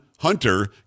Hunter